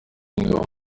w’ingabo